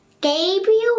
Gabriel